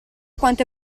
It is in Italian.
quante